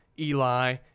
Eli